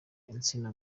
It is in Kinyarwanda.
insina